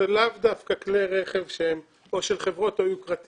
אלה לאו דווקא כלי רכב שהם או של חברות או יוקרתיים